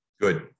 Good